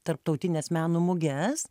tarptautines meno muges